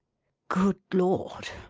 good lord!